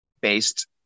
based